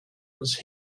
was